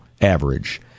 average